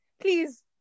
please